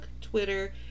Twitter